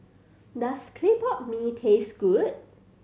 does clay pot mee taste good